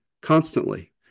constantly